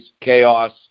chaos